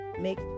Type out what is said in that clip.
make